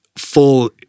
Full